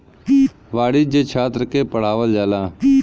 वाणिज्य छात्र के पढ़ावल जाला